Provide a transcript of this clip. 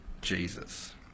Jesus